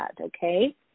okay